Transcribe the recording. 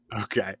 Okay